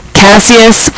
cassius